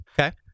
okay